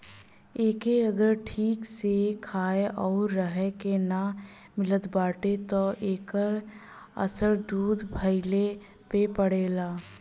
एके अगर ठीक से खाए आउर रहे के ना मिलत बाटे त एकर असर दूध भइले पे पड़ेला